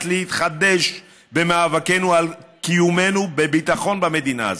להתחדש במאבקנו על קיומנו בביטחון במדינה הזאת.